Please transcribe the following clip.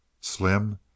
Slim